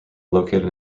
located